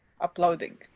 uploading